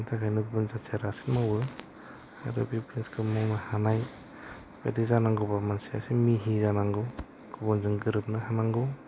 बिनि थाखैनो गुबुन जाथिया रासिन मावो आरो बे बिजिनेसखौ मावनो हानाय बादि जानांगौ बा मानसिया एसे मिहि जानांगौ गुबुनजों गोरोबनो हानांगौ